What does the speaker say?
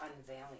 unveiling